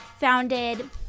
Founded